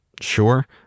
sure